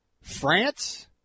France